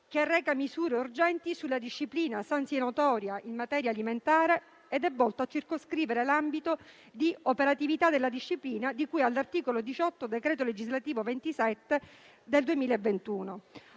che reca misure urgenti sulla disciplina sanzionatoria in materia alimentare ed è volto a circoscrivere l'ambito di operatività della disciplina di cui all'articolo 18 del decreto legislativo n. 27 del 2021,